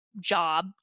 job